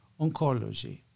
oncology